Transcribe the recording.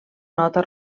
nota